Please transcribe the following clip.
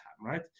right